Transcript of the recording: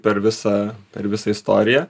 per visą per visą istoriją